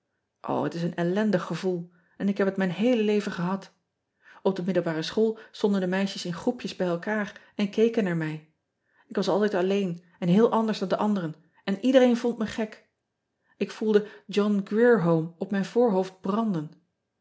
het is een ellendig gevoel en ik heb het mijn heele leven gehad p de middelbare school stonden de meisjes in groepjes bij elkaar en keken naar mij k was altijd alleen en heel anders dan de anderen en iedereen vond me gek k ean ebster adertje angbeen voelde ohn rier ome op mijn voorhoofd branden